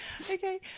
Okay